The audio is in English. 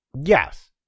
Yes